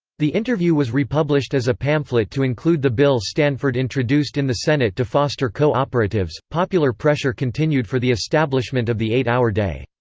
the interview was republished as a pamphlet to include the bill stanford introduced in the senate to foster co-operatives popular pressure continued for the establishment of the eight hour day.